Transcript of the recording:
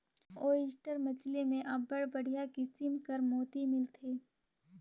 oyster मछरी में अब्बड़ बड़िहा किसिम कर मोती मिलथे